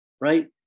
right